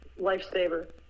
lifesaver